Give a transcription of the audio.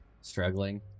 struggling